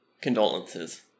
condolences